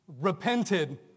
repented